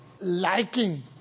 liking